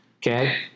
Okay